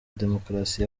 demokarasi